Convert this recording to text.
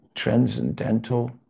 transcendental